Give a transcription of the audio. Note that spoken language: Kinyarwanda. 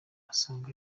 asanga